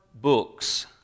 books